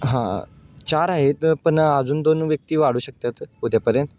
हां चार आहेत पण अजून दोन व्यक्ती वाढू शकतात उद्यापर्यंत